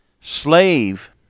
slave